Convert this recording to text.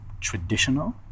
traditional